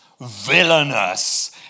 villainous